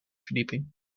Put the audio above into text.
verdieping